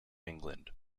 england